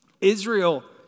Israel